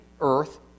earth